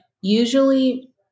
usually –